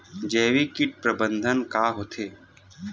जैविक कीट प्रबंधन का होथे?